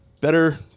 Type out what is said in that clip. better